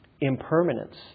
impermanence